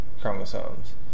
chromosomes